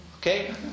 Okay